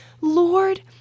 Lord